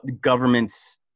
government's